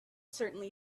certainly